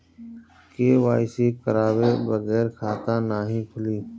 KYC करवाये बगैर खाता नाही खुली?